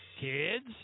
Kids